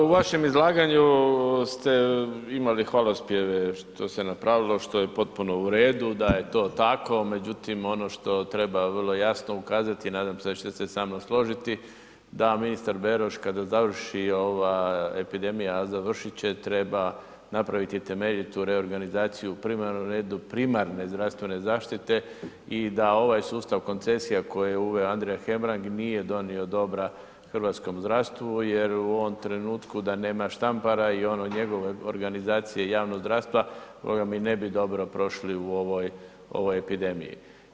Pa u vašem izlaganju ste imali hvalospjeve što se napravilo, što je potpuno uredu da je to tako, međutim ono što treba vrlo jasno ukazati i nadam se da ćete se sa mnom složiti da ministar Beroš kada završi ova epidemija, a završit će, treba napraviti temeljitu reorganizaciju primarno u redu primarne zdravstvene zaštite i da ovaj sustav koncesija koje je uveo Andrija Hebrang nije donio dobra hrvatskom zdravstvu jer u ovom trenutku da nema Štampara i one njegove organizacije javnog zdravstva, … ne bi dobro prošli u ovoj epidemiji.